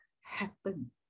happen